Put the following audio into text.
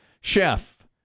Chef